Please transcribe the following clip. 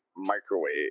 microwave